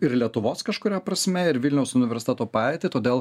ir lietuvos kažkuria prasme ir vilniaus universiteto padėtį todėl